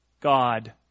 God